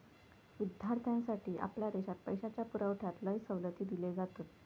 विद्यार्थ्यांसाठी आपल्या देशात पैशाच्या पुरवठ्यात लय सवलती दिले जातत